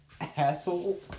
asshole